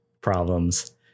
problems